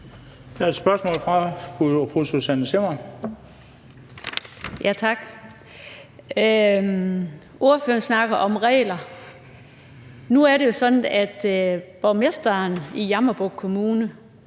Der er et spørgsmål fra fru Susanne Zimmer. Kl. 16:50 Susanne Zimmer (UFG): Tak. Ordføreren snakker om regler. Nu er det jo sådan, at borgmesteren i Jammerbugt Kommune,